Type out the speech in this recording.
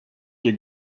dir